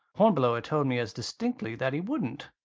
hornblower told me as distinctly that he wouldn't.